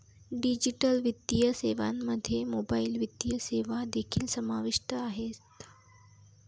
digital वित्तीय सेवांमध्ये mobile वित्तीय सेवा देखील समाविष्ट आहेत